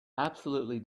absolutely